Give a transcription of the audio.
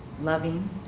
loving